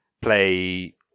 play